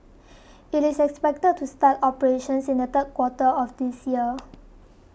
it is expected to start operations in the third quarter of this year